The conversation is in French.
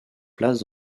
place